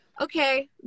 okay